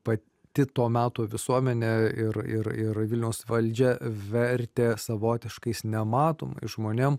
pati to meto visuomenė ir ir ir vilniaus valdžia vertė savotiškais nematomais žmonėm